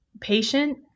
patient